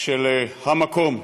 של המקום,